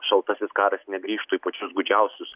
šaltasis karas negrįžtų į pačius gūdžiausius